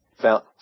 found